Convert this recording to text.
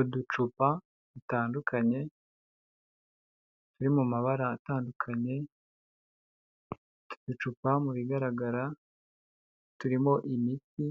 Uducupa dutandukanye turi mu mabara atandukanye, utu ducupa mu bigaragara, turimo imiti,